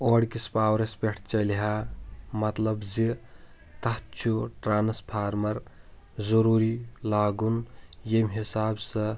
اورکِس پاورَس پٮ۪ٹھ چَلِہا مطلَب زِ تَتھ چھُ ٹرٛنسفارمَر ضوروٗری لاگُن ییٚمہِ حِساب سۄ